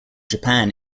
japan